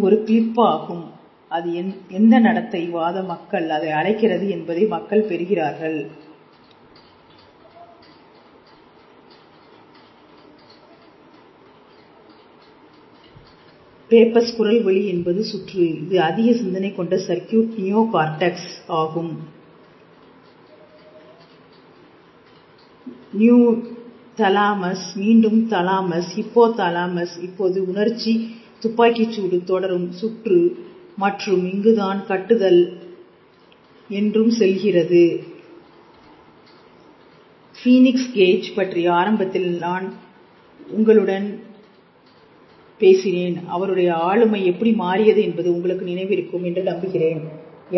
இது ஒரு கிளிப் ஆகும் இது எந்த நடத்தை வாத மக்கள் அதை அழைக்கிறது என்பதை மக்கள் பெறுகிறார்கள் பேப்பர் குரல் வழி என்பது சுற்று இது அதிக சிந்தனை கொண்ட சர்க்யூட் நியோ கார்ட்டெக்ஸ் ஆகும் z100 நியூ யோர்க் தாலமஸ் மீண்டும் தாலமஸ் ஹிப்போதலாமஸ் இப்போது உணர்ச்சி துப்பாக்கிச்சூடு தொடரும் சுற்று மற்றும் இங்குதான் கட்டுதல் கட்டுதல் கட்டுதல் கற்றல் என்றும் செல்கிறது ஃபீனிக்ஸ் கேஜ் பற்றி ஆரம்பத்தில் நான் உங்களுடன் பேசினேன் அவருடைய ஆளுமை எப்படி மாறியது என்பது உங்களுக்கு நினைவிருக்கும் என்று நம்புகிறேன்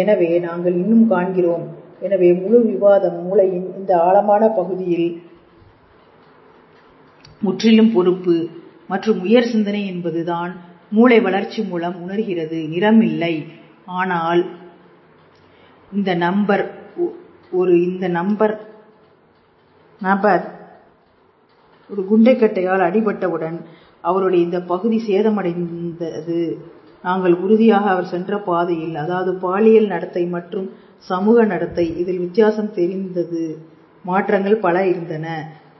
எனவே நாங்கள் இன்னும் காண்கிறோம் எனவே முழு விவாதம் மூளையின் இந்த ஆழமான பகுதியில் முற்றிலும் பொறுப்பு மற்றும் உயர் சிந்தனை என்பது தான் மூளை உணர்ச்சி மூலம் உணர்கிறது நிறமில்லை ஆனால் இந்த நம்பர் ஒரு இந்த நம்பர் நபர் நபர் ஒரு குண்டு கட்டையால் அடிபட்டவுடன் அவருடைய இந்த பகுதி சேதமடைந்தது நாங்கள் உறுதியாக அவர் சென்ற பாதையில் அதாவது பாலியல் நடத்தை மற்றும் சமூக நடத்தை இதில் வித்தியாசம் தெரிந்தது மாற்றங்கள் பல இருந்தன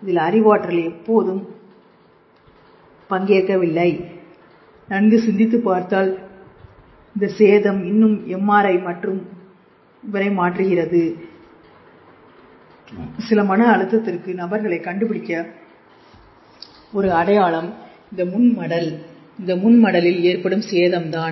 இதில் அறிவாற்றல் எப்போதும் பங்கேற்கவில்லை நன்கு சிந்தித்து பார்த்தால் இந்த சேதம் இன்னும் எம்ஆர்ஐ மற்றும் இவரை மாற்றுகிறது சில மன அழுத்தத்திற்கு நபர்களை கண்டுபிடிக்க ஒரு அடையாளம் இந்த முன் மடல் இந்த முன் மடலில் ஏற்படும் சேதம் தான்